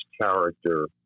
character